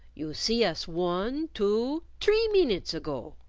you see us one, two, tree meenutes ago,